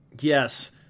yes